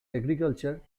agriculture